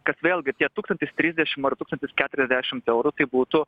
kas vėlgi tie tūkstantis trisdešimt ar tūkstantis keturiasdešimt eurų tai būtų